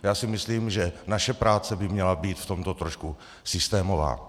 Já si myslím, že naše práce by měla být v tomto trošku systémová.